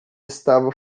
estava